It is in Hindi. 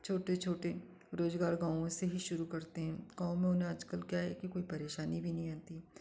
छोटे छोटे रोज़गार गाँवों से भी शुरू करते हैं गाँव में उन्हें आजकल क्या है कि कोई परेशानी नहीं होती